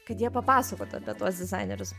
kad jie papasakotų apie tuos dizainerius